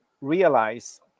realize